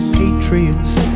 patriots